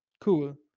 Cool